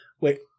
Wait